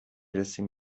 رسیم